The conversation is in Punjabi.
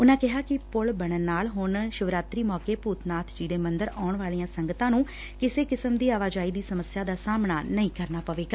ਉਨੂਾਂ ਕਿਹਾ ਕਿ ਪੁਲ ਬਣਨ ਨਾਲ ਹੁਣ ਸ਼ਿਵਰਾਤਰੀ ਮੌਕੇ ਭੂਤ ਨਾਥ ਜੀ ਦੇ ਮੰਦਰ ਆਉਣ ਵਾਲੀਆਂ ਸੰਗਤਾਂ ਨੂੰ ਕਿਸੇ ਕਿਸਮ ਦੀ ਆਵਾਜਾਈ ਦੀ ਸਮੱਸਿਆ ਦਾ ਸਾਹਮਣਾ ਨਹੀ ਕਰਨਾ ਪਵੇਗਾ